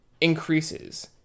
increases